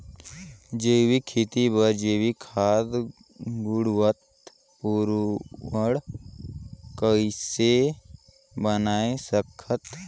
जैविक खेती बर जैविक खाद गुणवत्ता पूर्ण कइसे बनाय सकत हैं?